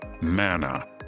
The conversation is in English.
Manna